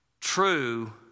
true